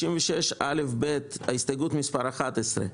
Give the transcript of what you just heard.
96א(ב), הסתייגות 11,